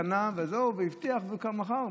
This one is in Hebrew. קנה והבטיח ומכר.